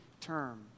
term